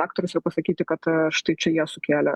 aktorius ir pasakyti kad štai čia jie sukėlė